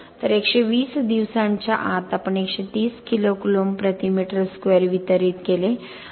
तर १२० दिवसांच्या आत आपण१३० किलो कुलोम्ब प्रति मीटर स्क्वेअर वितरित केले